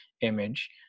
image